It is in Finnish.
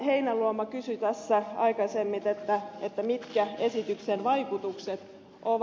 heinäluoma kysyi tässä aikaisemmin mitkä esityksen vaikutukset ovat